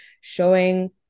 showing